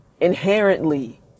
inherently